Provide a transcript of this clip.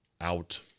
out